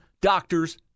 Doctors